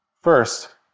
First